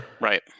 Right